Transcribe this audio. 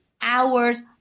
hours